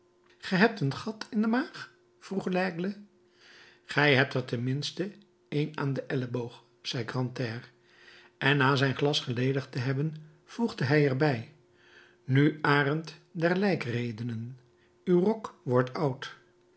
ge een gat in de maag vroeg laigle gij hebt er ten minste een aan den elleboog zei grantaire en na zijn glas geledigd te hebben voegde hij er bij nu arend der lijkredenen uw rok wordt oud